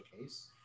case